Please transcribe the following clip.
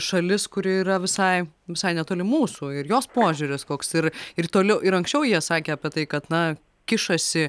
šalis kuri yra visai visai netoli mūsų ir jos požiūris koks ir ir toliau ir anksčiau jie sakė apie tai kad na kišasi